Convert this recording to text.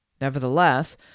Nevertheless